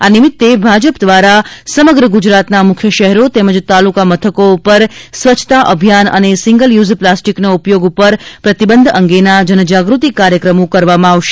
આ નિમિત્તે ભાજપ દ્વારા સમગ્ર ગુજરાતના મુખ્ય શહેરો તેમજ તાલુકા મથકો પર સ્વચ્છતા અભિયાન અને સિંગલ યુઝ પ્લાસ્ટીકનો ઉપયોગ પર પ્રતિબંધ અંગેના જનજાગૃત્તિ કાર્યક્રમો કરવામાં આવશે